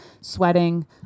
sweating